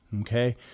Okay